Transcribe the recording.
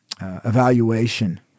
evaluation